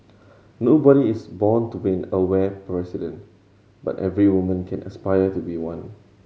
nobody is born to be an aware president but every woman can aspire to be one